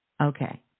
Okay